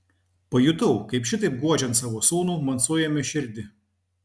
pajutau kaip šitaip guodžiant savo sūnų man suėmė širdį